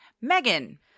Megan